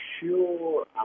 sure